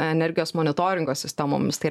energijos monitoringo sistemomis tai